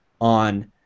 on